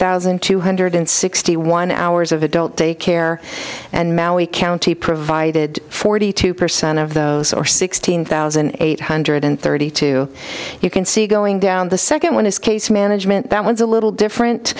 thousand two hundred sixty one hours of adult day care and now we county provided forty two percent of those or sixteen thousand eight hundred thirty two you can see going down the second one is case management that one's a little different